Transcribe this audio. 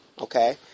okay